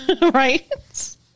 Right